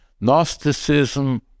Gnosticism